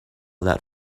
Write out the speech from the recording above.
that